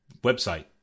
website